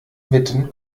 witten